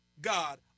God